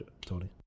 Tony